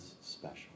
special